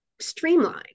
streamline